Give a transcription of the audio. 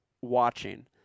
watching